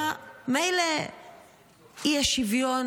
מילא האי-שוויון